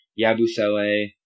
Yabusele